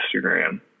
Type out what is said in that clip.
Instagram